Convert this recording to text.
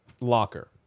locker